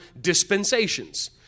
dispensations